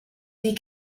die